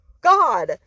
God